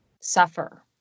suffer